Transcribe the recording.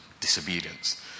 disobedience